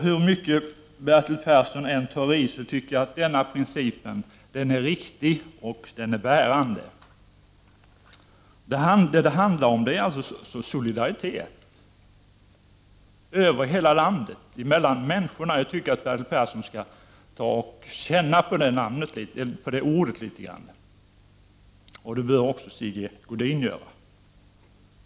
Hur mycket Bertil Persson än tar i är den principen enligt min mening både riktig och bärande. Vad det handlar om är alltså solidaritet mellan människorna i hela landet. Jag tycker att Bertil Persson skall känna på ordet solidaritet litet grand. Det bör också Sigge Godin göra.